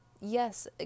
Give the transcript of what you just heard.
yes